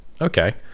Okay